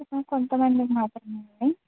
కొంతమందికి మాత్రమేనా